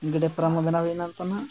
ᱜᱮᱰᱮ ᱯᱷᱟᱨᱟᱢ ᱦᱚᱸ ᱵᱮᱱᱟᱣ ᱦᱩᱭᱱᱟ ᱱᱤᱛᱚᱜ ᱦᱟᱸᱜ